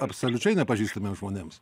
absoliučiai nepažįstamiem žmonėms